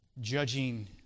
judging